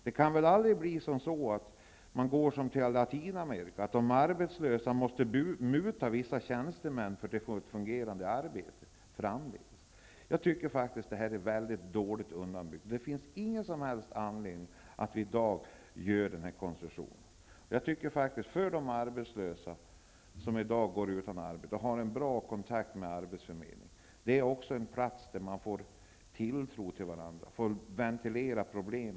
Det kan väl aldrig bli på samma sätt som i Latinamerika, nämligen att de arbetslösa måste muta vissa tjänstemän för att framledes få ett fungerande arbete. Betänkandet är dåligt underbyggt. Det finns ingen som helst anledning att i dag göra denna typ av konstruktion. Arbetsförmedlingen är, för dem som går utan arbete och som har en god kontakt med arbetsförmedlingen, en plats där man får tilltro till varandra och där man får ventilera sina problem.